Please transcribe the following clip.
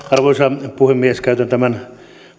arvoisa puhemies käytän tämän